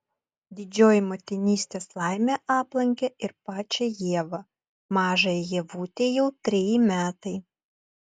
didžioji motinystės laimė aplankė ir pačią ievą mažajai ievutei jau treji metai